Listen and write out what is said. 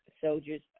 soldiers